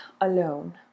alone